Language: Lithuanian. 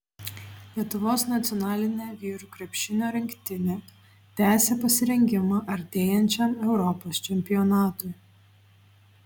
lietuvos nacionalinė vyrų krepšinio rinktinė tęsią pasirengimą artėjančiam europos čempionatui